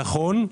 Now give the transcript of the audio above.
נכון.